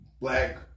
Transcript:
black